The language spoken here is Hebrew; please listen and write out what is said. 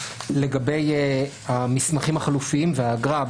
לגבי המסמכים החלופיים והאגרה.